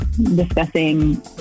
discussing